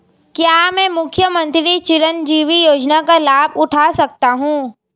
क्या मैं मुख्यमंत्री चिरंजीवी योजना का लाभ उठा सकता हूं?